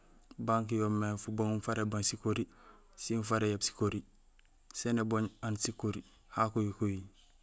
Banque yo yoomé fubaŋum fara ébang sikori sin fara éyaab sikori, sén ébooñ aan sikori ha kuhi kuhi.